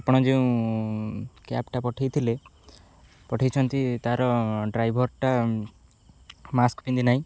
ଆପଣ ଯେଉଁ କ୍ୟାବ୍ଟା ପଠାଇ ଥିଲେ ପଠାଇଛନ୍ତି ତା'ର ଡ୍ରାଇଭରଟା ମାସ୍କ ପିନ୍ଧି ନାହିଁ